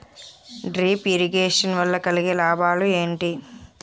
Drip irrigation వల్ల కలిగే లాభాలు ఏంటి?